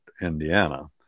Indiana